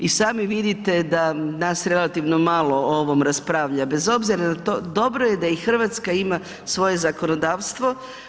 I sami vidite da nas relativno malo o ovom raspravlja, bez obzira na to, dobro je da i Hrvatska ima svoje zakonodavstvo.